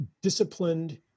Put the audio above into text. disciplined